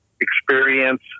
experience